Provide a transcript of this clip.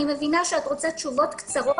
אני מבינה שאת רוצה תשובות קצרות,